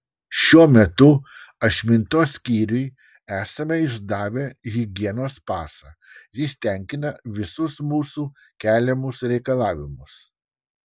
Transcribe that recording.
šiuo metu ašmintos skyriui esame išdavę higienos pasą jis tenkina visus mūsų keliamus reikalavimus